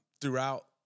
throughout